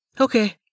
Okay